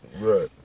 Right